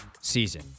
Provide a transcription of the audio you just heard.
season